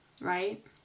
right